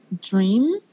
dream